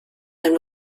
and